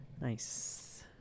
Nice